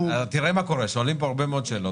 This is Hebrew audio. תראה מה קורה, שואלים פה הרבה מאוד שאלות.